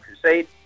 Crusade